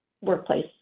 workplace